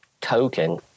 token